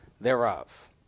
thereof